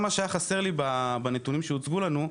מה שגם היה חסר לי בנתונים שהוצגו לנו,